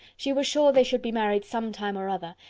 she was sure they should be married some time or other,